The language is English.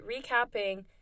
recapping